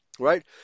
Right